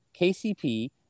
KCP